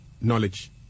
Knowledge